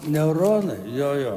neuronai jo jo